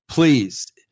Please